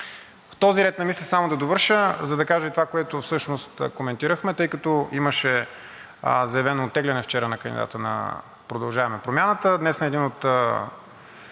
В този ред на мисли само да довърша, за да кажа и това, което всъщност коментирахме. Тъй като имаше заявено оттегляне вчера на кандидата на „Продължаваме Промяната“,